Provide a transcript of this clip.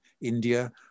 India